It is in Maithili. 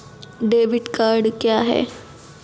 डेबिट कार्ड क्या हैं?